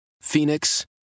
Phoenix